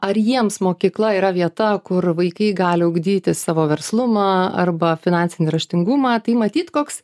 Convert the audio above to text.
ar jiems mokykla yra vieta kur vaikai gali ugdyti savo verslumą arba finansinį raštingumą tai matyt koks